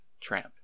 Tramp